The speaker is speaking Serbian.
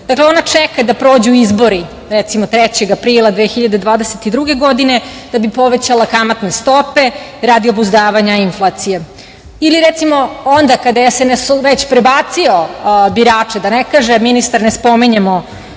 dakle ona čeka da prođu izbori recimo trećeg aprila 2022. godine da bi povećala kamatne stope radi obuzdavanja inflacije. Ili recimo, onda kada je SNS već prebacio birače da ne kažem ministre ne spominjemo